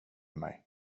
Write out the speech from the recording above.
mig